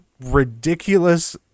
ridiculous